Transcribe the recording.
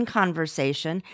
conversation